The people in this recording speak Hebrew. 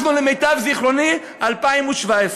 אנחנו, למיטב זיכרוני, ב-2017.